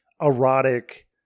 erotic